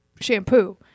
shampoo